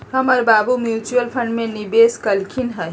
हमर बाबू mutual fund में निवेश कलखिंन्ह ह